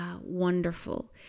wonderful